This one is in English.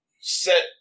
set